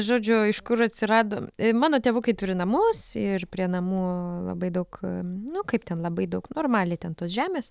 žodžiu iš kur atsirado mano tėvukai turi namus ir prie namų labai daug nu kaip ten labai daug normaliai ten tos žemės